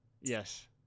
Yes